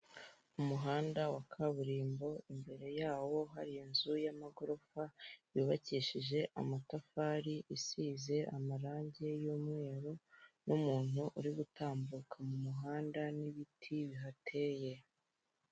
Umuhanda wa kaburimbo imbere yawo hari inzu y'amagorofa y'ubakishije amatafari isize amarangi y'umweru, n'umuntu uri gutambuka mu muhanda n'ibiti bihateye.